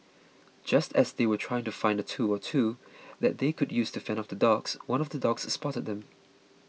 just as they were trying to find a tool or two that they could use to fend off the dogs one of the dogs spotted them